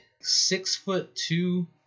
Six-foot-two